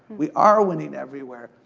we are winning everywhere.